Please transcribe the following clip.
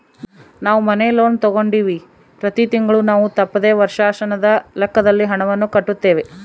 ನಾವು ಮನೆ ಲೋನ್ ತೆಗೆದುಕೊಂಡಿವ್ವಿ, ಪ್ರತಿ ತಿಂಗಳು ನಾವು ತಪ್ಪದೆ ವರ್ಷಾಶನದ ಲೆಕ್ಕದಲ್ಲಿ ಹಣವನ್ನು ಕಟ್ಟುತ್ತೇವೆ